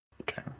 Okay